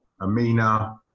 Amina